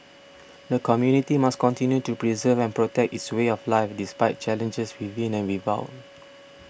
the community must continue to preserve and protect its way of life despite challenges within and without